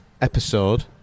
episode